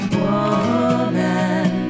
woman